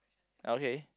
okay